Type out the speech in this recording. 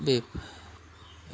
बे